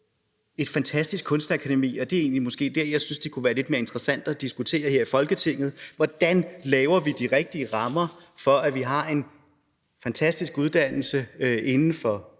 et fantastisk Kunstakademi? Det er måske egentlig det, jeg synes det kunne være lidt mere interessant at diskutere her i Folketinget: Hvordan laver vi de rigtige rammer for, at vi har en fantastisk uddannelse inden for kunsten?